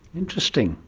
interesting.